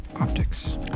optics